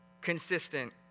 consistent